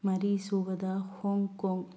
ꯃꯔꯤꯁꯨꯕꯗ ꯍꯣꯡꯀꯣꯡ